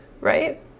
right